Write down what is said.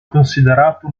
considerato